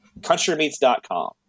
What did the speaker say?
Countrymeats.com